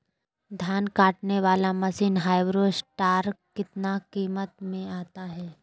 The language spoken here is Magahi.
धान कटने बाला मसीन हार्बेस्टार कितना किमत में आता है?